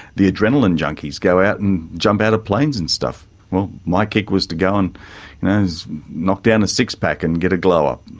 the adrenaline junkies go out and jump out of planes and stuff well, my kick was to go and knock down a six-pack and get a glow up.